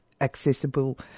accessible